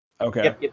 Okay